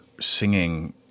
singing